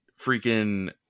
freaking